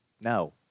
No